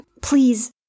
Please